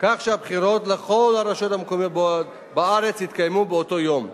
כך שהבחירות לכל הרשויות המקומיות בארץ יתקיימו באותו יום.